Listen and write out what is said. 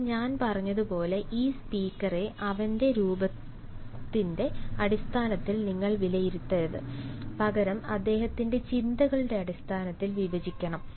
എന്നാൽ ഞാൻ പറഞ്ഞതുപോലെ ഈ സ്പീക്കറെ അവന്റെ രൂപത്തിന്റെ അടിസ്ഥാനത്തിൽ നിങ്ങൾ വിധിക്കരുത് പകരം അദ്ദേഹത്തിന്റെ ചിന്തകളുടെ അടിസ്ഥാനത്തിൽ വിഭജിക്കണം